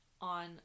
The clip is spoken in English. on